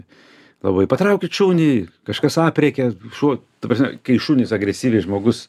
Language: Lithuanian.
labai patraukit šunį kažkas aprėkia šuo ta prasme kai šunys agresyviai žmogus